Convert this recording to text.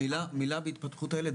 מילה בהתפתחות הילד,